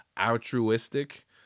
altruistic